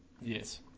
Yes